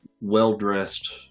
well-dressed